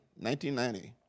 1990